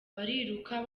bariruka